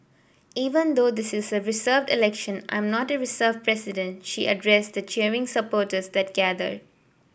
even though this is a reserved election I am not a reserved president she addressed the cheering supporters that gathered